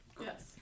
Yes